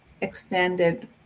expanded